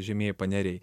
žemieji paneriai